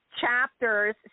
chapters